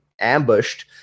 ambushed